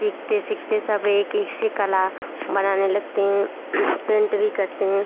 सीखते सीखते सब एक एक से कला बनाने लगते हैं पेंट भी करते हैं